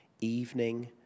Evening